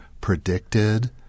predicted